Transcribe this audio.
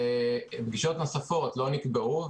פגישות נוספות לא נקבעו,